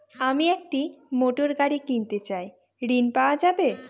আমি একটি মোটরগাড়ি কিনতে চাই ঝণ পাওয়া যাবে?